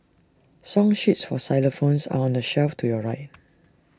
song sheets for xylophones are on the shelf to your right